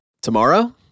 Tomorrow